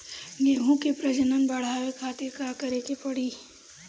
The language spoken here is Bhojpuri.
गेहूं के प्रजनन बढ़ावे खातिर का करे के पड़ी?